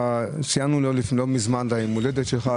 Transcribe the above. ציינו לא מזמן את יום ההולדת שלך.